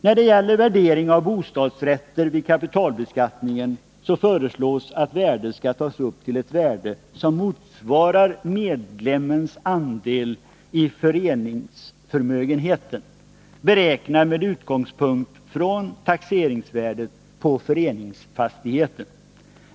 När det gäller värdering av bostadsrätter vid kapitalbeskattningen föreslås att värdet skall tas upp till ett belopp som motsvarar medlemmens andel i föreningsförmögenheten, beräknad med utgångspunkt i taxeringsvärdet på föreningsfastigheten.